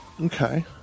Okay